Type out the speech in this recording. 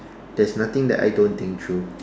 there's nothing that I don't think through